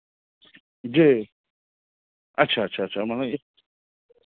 जी अच्छा अच्छा अच्छा मने